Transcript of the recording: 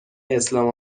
اسلام